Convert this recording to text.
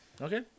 Okay